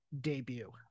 debut